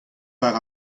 war